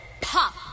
Pop